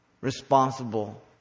responsible